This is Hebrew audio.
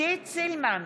עידית סילמן,